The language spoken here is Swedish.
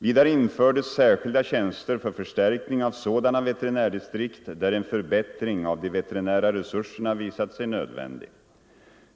Vidare infördes särskilda tjänster för förstärkning av sådana veterinärdistrikt där en förbättring av de veterinära resurserna visat sig nödvändig.